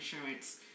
insurance